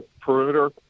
perimeter